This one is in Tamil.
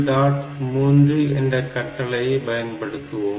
3 என்ற கட்டளையை பயன்படுத்துவோம்